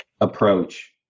approach